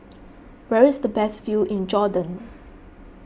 where is the best view in Jordan